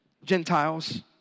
Gentiles